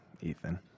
Ethan